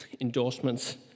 endorsements